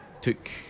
took